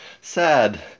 sad